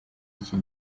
iki